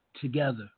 together